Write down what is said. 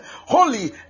holy